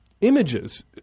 images